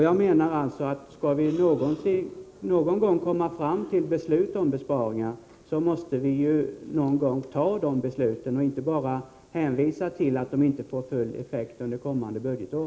Jag tycker att skall vi någon gång komma fram till beslut om besparingar, måste vi också fatta beslut och inte bara hänvisa till att besparingarna inte får full effekt under kommande budgetår.